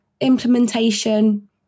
Implementation